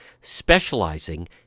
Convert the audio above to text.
specializing